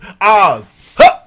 Oz